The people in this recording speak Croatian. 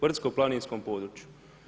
Brdsko-planinskom području.